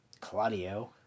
Claudio